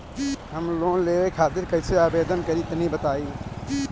हम लोन लेवे खातिर कइसे आवेदन करी तनि बताईं?